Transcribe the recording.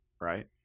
right